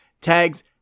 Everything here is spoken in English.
tags